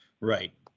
Right